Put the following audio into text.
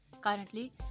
Currently